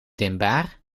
dimbaar